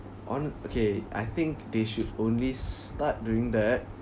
on okay I think they should only start doing that